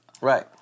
Right